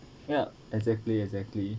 ya exactly exactly